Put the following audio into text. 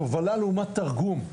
לעומת תרגום.